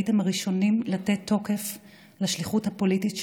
הייתם הראשונים לתת תוקף לשליחות הפוליטית שלי,